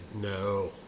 No